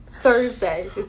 Thursday